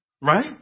Right